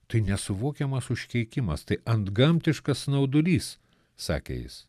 tai nesuvokiamas užkeikimas tai antgamtiškas snaudulys sakė jis